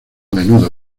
menudo